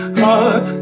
heart